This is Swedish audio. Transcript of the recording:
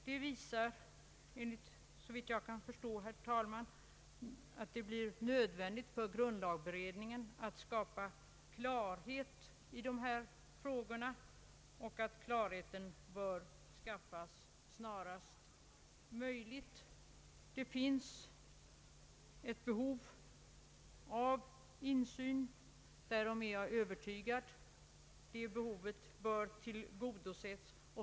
Det visar såvitt jag kan förstå, herr talman, att det blir nödvändigt för grundlagberedningen att snarast möjligt skapa klarhet i dessa frågor. Jag är också övertygad om att det finns ett behov av bättre insyn. Det behovet bör tillgodoses.